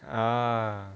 ah